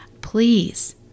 Please